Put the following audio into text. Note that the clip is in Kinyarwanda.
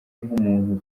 nk’umuntu